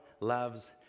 loves